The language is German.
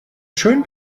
schön